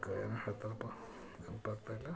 ಏನು ಹೇಳ್ತಾರಪ್ಪ ನೆನ್ಪು ಆಗ್ತಾಯಿಲ್ಲ